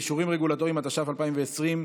(אישורים רגולטוריים), התש"ף 2020,